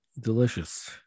delicious